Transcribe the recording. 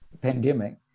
pandemic